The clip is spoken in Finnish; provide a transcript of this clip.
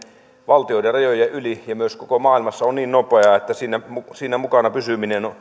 valtioiden rajojen yli ja myös koko maailmassa on niin nopeaa että siinä siinä mukana pysyminen